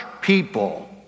people